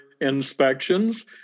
inspections